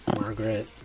Margaret